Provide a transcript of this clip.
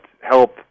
help